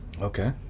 Okay